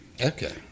Okay